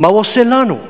מה הוא עושה לנו?